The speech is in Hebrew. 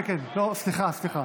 סליחה, סליחה.